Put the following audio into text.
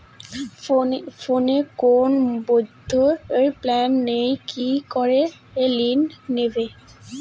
ফোনে কোন বৈধ প্ল্যান নেই কি করে ঋণ নেব?